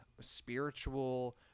spiritual